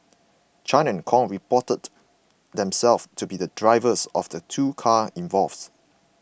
Chan and Kong reported themselves to be drivers of the two cars involved